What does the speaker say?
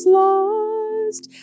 lost